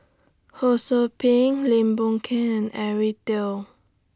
Ho SOU Ping Lim Boon Keng and Eric Teo